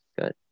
good